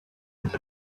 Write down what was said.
with